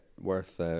worth